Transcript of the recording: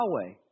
Yahweh